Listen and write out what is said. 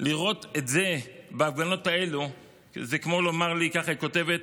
"לראות את זה בהפגנות האלו זה כמו לומר לי" כך היא כותבת,